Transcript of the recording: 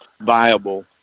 viable